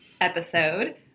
Episode